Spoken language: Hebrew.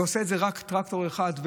ועושה את זה רק טרקטור אחד,